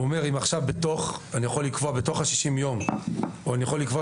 והוא אומר שהוא יכול לקבוע בתוך ה-60 ו-80 יום